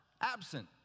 absent